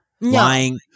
Lying